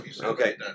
Okay